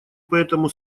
поэтому